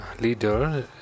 leader